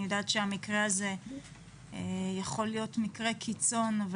אני יודעת שהמקרה הזה יכול להיות מקרה קיצון אבל